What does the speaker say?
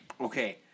Okay